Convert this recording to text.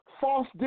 False